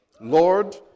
Lord